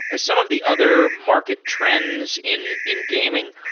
ah some of the other market trends in in gaming.